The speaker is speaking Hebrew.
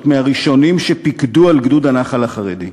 להיות מהראשונים שפיקדו על גדוד הנח"ל החרדי.